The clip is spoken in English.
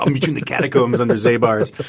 um between the catacombs and